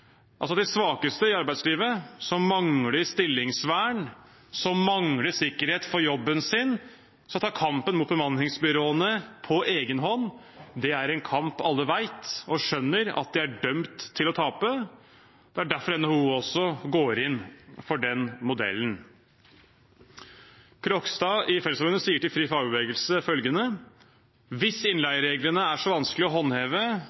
Altså skal de svakeste i arbeidslivet, som mangler stillingsvern, som mangler sikkerhet for jobben sin, ta kampen mot bemanningsbyråene på egen hånd. Det er en kamp alle vet og skjønner at de er dømt til å tape. Det er derfor NHO også går inn for den modellen. Krogstad i Fellesforbundet sier følgende til FriFagbevegelse: «Hvis innleiereglene er så vanskelig å håndheve,